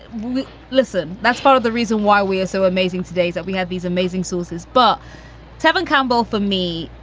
we listen that's part of the reason why we are so amazing today is that we have these amazing sources. but tevin campbell, for me,